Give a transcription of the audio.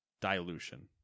Dilution